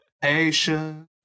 patience